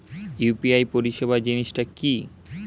UPI পরিসেবা জিনিসটা কি?